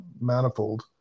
manifold